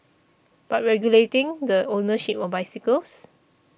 but regulating the ownership of bicycles